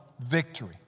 victory